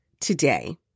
today